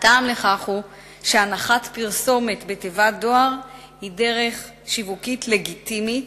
הטעם לכך הוא שהנחת פרסומת בתיבת דואר היא דרך שיווקית לגיטימית,